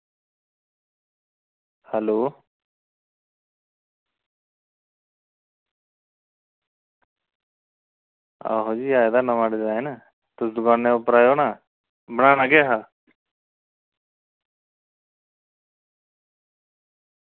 hello आहो जी आये दा नमां डिजाईन ते तुस दुकानै पर आयो ना बनाना केह् हा